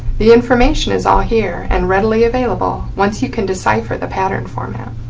the information is all here and readily available once you can decipher the pattern format.